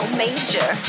major